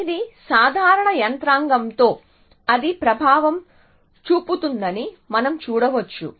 ఈ సాధారణ యంత్రాంగంతో అది ప్రభావం చూపుతుందని మనం చూడవచ్చు